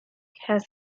has